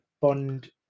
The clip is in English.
Bond